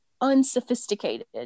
unsophisticated